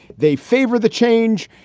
they favor the change.